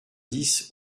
dix